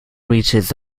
reaches